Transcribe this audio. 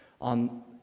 on